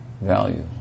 value